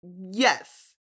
Yes